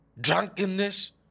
drunkenness